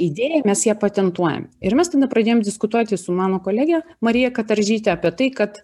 idėją mes ją patentuojam ir mes tada pradėjom diskutuoti su mano kolege marija kataržyte apie tai kad